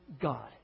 God